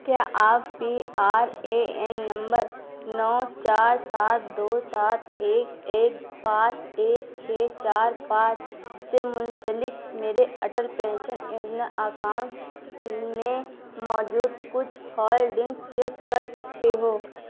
کیا آپ P R A N number نو چار سات دو سات ایک ایک پانچ ایک چھ چار پانچ سے منسلک میرے اٹل پینشن یوجنا اکاؤنٹ میں موجود کچھ ہولڈنگ چیک کر سکتے ہو